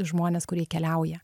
žmones kurie keliauja